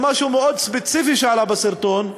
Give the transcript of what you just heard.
למשהו ספציפי שעלה בסרטון,